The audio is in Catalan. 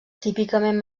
típicament